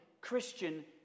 Christian